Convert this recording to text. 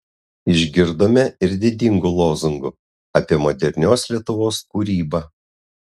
išgirdome ir didingų lozungų apie modernios lietuvos kūrybą